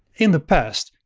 in the past,